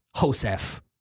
Josef